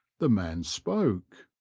the man spoke.